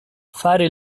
fare